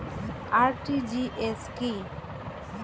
RTGS কি?